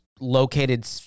located